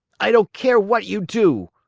i don't care what you do!